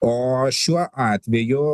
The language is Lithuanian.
o šiuo atveju